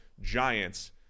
Giants